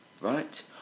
Right